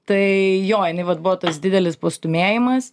tai jo jinai vat buvo tas didelis pastūmėjimas